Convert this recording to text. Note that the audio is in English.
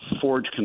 forge